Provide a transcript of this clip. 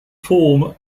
form